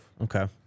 Okay